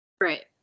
Right